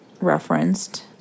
referenced